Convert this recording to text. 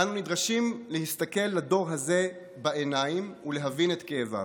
אנו נדרשים להסתכל לדור הזה בעיניים ולהבין את כאביו.